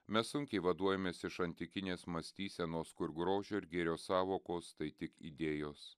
mes sunkiai vaduojamės iš antikinės mąstysenos kur grožio ir gėrio sąvokos tai tik idėjos